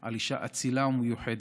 על אישה אצילה ומיוחדת.